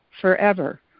forever